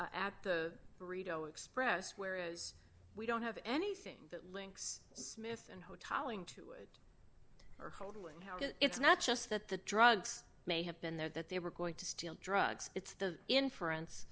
r at the burrito express whereas we don't have anything that links smith and ho tal into calling it's not just that the drugs may have been there that they were going to steal drugs it's the inference